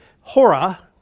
hora